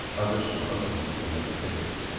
original openings in those cities.